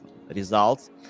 results